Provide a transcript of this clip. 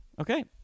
Okay